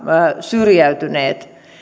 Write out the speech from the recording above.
syrjäytyneet